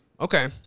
Okay